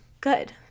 good